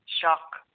shock